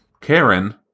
Karen